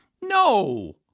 No